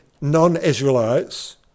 non-Israelites